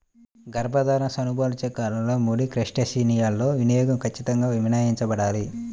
గర్భధారణ, చనుబాలిచ్చే కాలంలో ముడి క్రస్టేసియన్ల వినియోగం ఖచ్చితంగా మినహాయించబడాలి